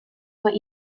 were